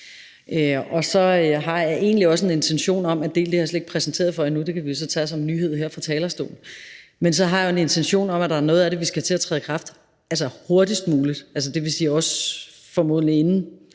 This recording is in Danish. Og så har jeg egentlig også en intention om – og det har jeg slet ikke præsenteret for jer endnu, men det kan vi jo så tage som en nyhed her fra talerstolen – at der er noget af det, vi skal have til at træde i kraft hurtigst muligt, og det vil sige formodentlig også,